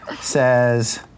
says